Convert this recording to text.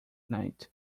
night